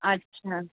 अच्छा